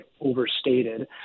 overstated